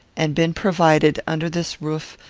and been provided, under this roof,